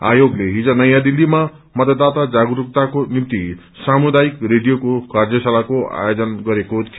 आयोगले हिज नयाँ दिल्लीमा मतदाता जागरूकताको निम्ति समुदायिक रेडियोको कार्यशालाको आयोजन गरेको थियो